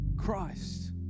Christ